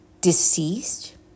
deceased